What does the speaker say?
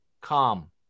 calm